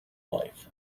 life